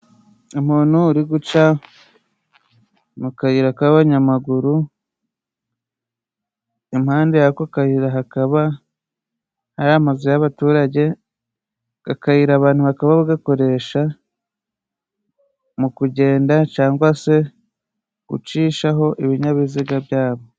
Umuntu uri guca mu kayira k'abanyamaguru, impande yako kayira hakaba ari amazu y'abaturage ,aka kayira abantu bakaba gakoresha mu kugenda cyangwa se gucishaho ibinyabiziga byabo.